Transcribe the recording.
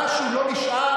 משהו לא נשאר,